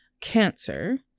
cancer